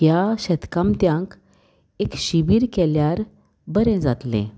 ह्या शेतकामत्यांक एक शिबीर केल्यार बरें जातलें